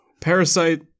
Parasite